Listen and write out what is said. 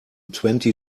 twenty